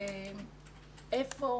היכן,